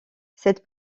cette